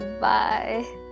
Bye